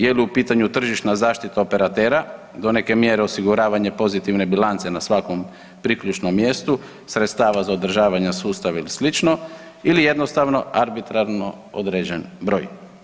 Je li u pitanju tržišna zaštita operatera do neke mjere osiguravanja pozitivne bilance na svakom priključnom mjestu sredstava za održava sustava ili sl. ili jednostavno arbitrarno određen broj?